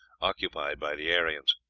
occupied by the aryans.